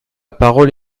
parole